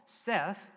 Seth